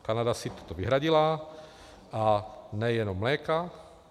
Kanada si toto vyhradila, a nejenom mléka.